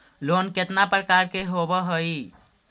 Loan केतना प्रकार के होव हइ?